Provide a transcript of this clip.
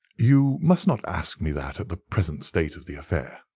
you must not ask me that at the present state of the affair.